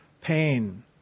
pain